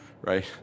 right